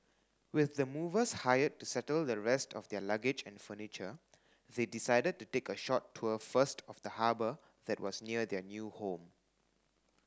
with the movers hired to settle the rest of their luggage and furniture they decided to take a short tour first of the harbour that was near their new home